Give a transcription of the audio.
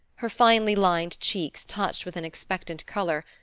her finely-lined cheeks touched with an expectant color,